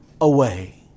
away